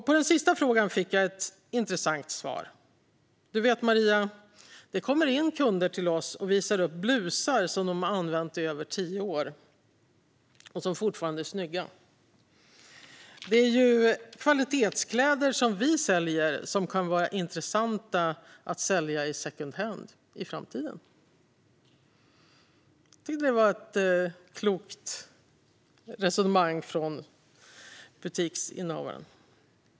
På den sista frågan fick jag ett intressant svar: "Du vet, Maria - det kommer in kunder till oss och visar upp blusar som de har använt i över tio år och som fortfarande är snygga. Det är ju kvalitetskläder som de vi säljer som kan vara intressanta att sälja secondhand i framtiden." Jag tycker att det var ett klokt resonemang från butiksinnehavaren.